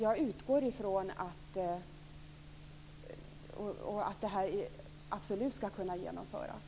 Jag utgår ifrån att det absolut skall kunna genomföras.